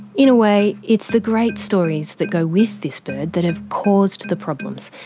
in a way, it's the great stories that go with this bird that have caused the problems.